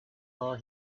all